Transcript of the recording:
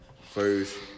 First